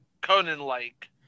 conan-like